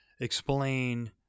explain